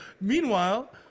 Meanwhile